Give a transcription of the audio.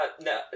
no